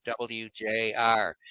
WJR